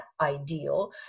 ideal